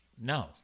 No